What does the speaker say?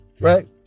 right